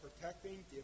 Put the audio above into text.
protecting